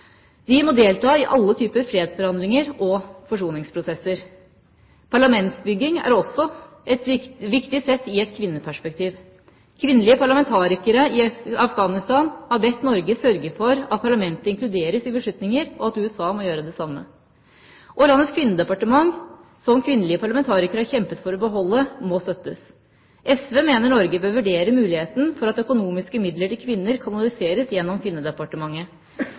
må delta i alle typer fredsforhandlinger og forsoningsprosesser. Parlamentsbygging er også viktig sett i et kvinneperspektiv. Kvinnelige parlamentarikere i Afghanistan har bedt Norge sørge for at parlamentet inkluderes i beslutninger, og at USA må gjøre det samme. Landets kvinnedepartement, som kvinnelige parlamentarikere har kjempet for å beholde, må støttes. SV mener Norge bør vurdere muligheten for at økonomiske midler til kvinner kanaliseres gjennom kvinnedepartementet.